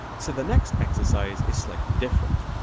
so the next exercise is slightly different.